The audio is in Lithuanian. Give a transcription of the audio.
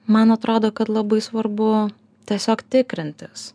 man atrodo kad labai svarbu tiesiog tikrintis